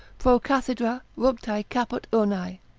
pro cathedra, ruptae caput urnae,